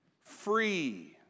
free